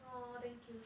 !aww! thank you